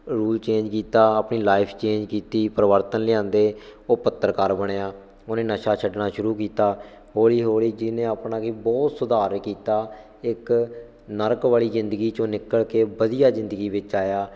rule change ਕੀਤਾ ਆਪਣੀ life change ਕੀਤੀ ਪਰਿਵਰਤਨ ਲਿਆਂਦੇ ਉਹ ਪੱਤਰਕਾਰ ਬਣਿਆ ਉਹਨੇ ਨਸ਼ਾ ਛੱਡਣਾ ਸ਼ੁਰੂ ਕੀਤਾ ਹੌਲੀ ਹੌਲੀ ਜਿਹਨੇ ਆਪਣਾ ਕੀ ਬਹੁਤ ਸੁਧਾਰ ਕੀਤਾ ਇੱਕ ਨਰਕ ਵਾਲੀ ਜ਼ਿੰਦਗੀ 'ਚੋਂ ਨਿਕਲ ਕੇ ਵਧੀਆ ਜ਼ਿੰਦਗੀ ਵਿੱਚ ਆਇਆ